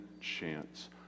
chance